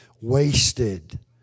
wasted